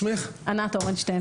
12:45) ענת,